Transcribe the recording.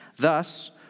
Thus